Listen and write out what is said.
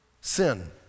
Sin